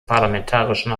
parlamentarischen